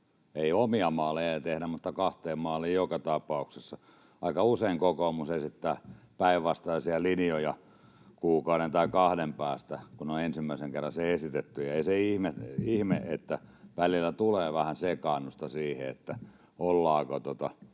— omia maaleja ei tehdä, mutta kahteen maaliin joka tapauksessa. Aika usein kokoomus esittää päinvastaisia linjoja kuukauden tai kahden päästä siitä, kun on ensimmäisen kerran se esitetty, ja ei se ihme ole, että välillä tulee vähän sekaannusta siihen, ollaanko